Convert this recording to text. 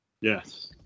Yes